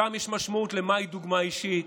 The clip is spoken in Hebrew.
שם יש משמעות למהי דוגמה אישית,